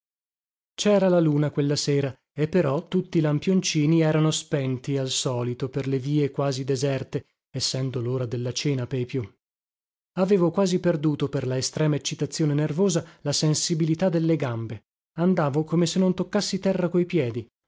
cera la luna quella sera e però tutti i lampioncini erano spenti al solito per le vie quasi deserte essendo lora della cena pei più avevo quasi perduto per la estrema eccitazione nervosa la sensibilità delle gambe andavo come se non toccassi terra coi piedi